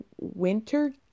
Winter